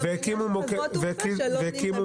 והקימו מוקד ווצאפ,